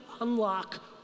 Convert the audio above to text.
unlock